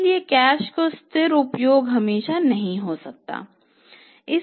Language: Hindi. इसलिए कैश का स्थिर उपयोग हमेशा नहीं हो सकता है